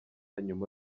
nyuma